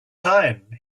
time